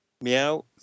Meow